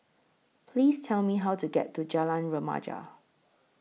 Please Tell Me How to get to Jalan Remaja